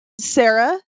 Sarah